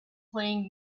playing